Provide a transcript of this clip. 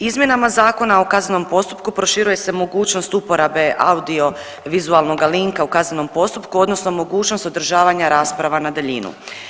Izmjenama Zakona o kaznenom postupku proširuje se mogućnost uporabe audiovizualnoga linka u kaznenom postupku odnosno mogućnost održavanja rasprava na daljinu.